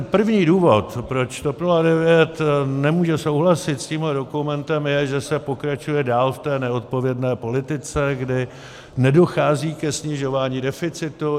První důvod, proč TOP 09 nemůže souhlasit s tímhle dokumentem, je, že se pokračuje dál v té neodpovědné politice, kdy nedochází ke snižování deficitu.